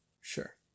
Sure